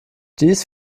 dies